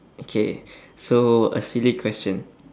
okay so a silly question